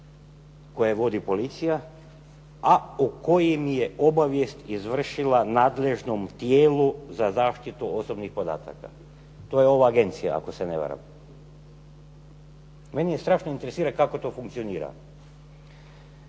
koju vodi policija, a o kojim je obavijest izvršila nadležnom tijelu za zaštitu osobnih podataka. To je ova agencija ako se ne varam. Mene strašno interesira kako to funkcionira.